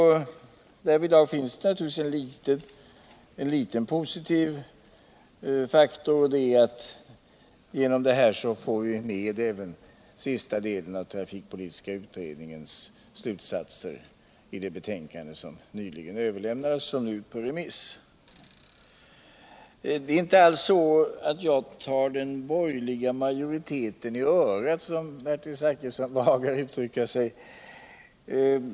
Därvidlag finns naturligtvis en liten positiv faktor, och det är att på det här sättet får vi med även den sista delen av trafikpolitiska utredningens slutsatser i det betänkande som nyligen överlämnades och nu är ute på remiss. Det är inte alls så, att jag tog den borgerliga majoriteten i örat, som Bertil Zachrisson behagade uttrycka sig.